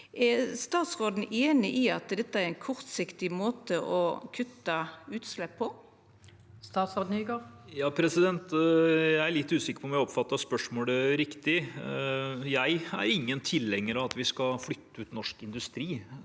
Er statsråden einig i at dette er ein kortsiktig måte å kutta utslepp på? Statsråd Jon-Ivar Nygård Jeg er litt usik- ker på om jeg oppfattet spørsmålet riktig. Jeg er ingen tilhenger av at vi skal flytte ut norsk industri